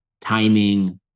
timing